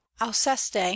alceste